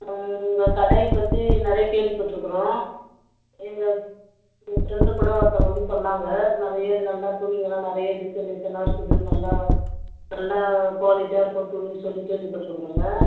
உங்கள் கடையை பற்றி நிறைய கேள்விப்பட்டுருக்குறோம் இங்கே என் ஃப்ரெண்டு கூட ஒருத்தவங்க வந்து சொன்னாங்க நிறைய நல்லா துணிங்களாம் நிறைய டிசைன் டிசைனாக இருக்குது நல்ல நல்லா குவாலிட்டியாக இருக்கும் துணின்னு சொல்லி கேள்விப்பட்டுருக்குறோங்க